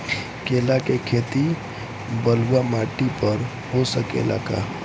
केला के खेती बलुआ माटी पर हो सकेला का?